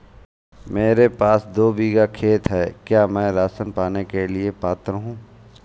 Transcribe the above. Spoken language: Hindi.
मेरे पास दो बीघा खेत है क्या मैं राशन पाने के लिए पात्र हूँ?